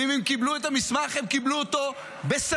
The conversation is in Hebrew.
ואם הם קיבלו את המסמך הם קיבלו אותו בספטמבר,